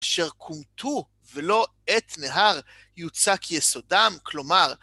אשר קומטו ולא עת נהר יוצא כיסודם, כלומר...